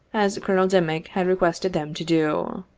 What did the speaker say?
as colonel dimick had requested them to do.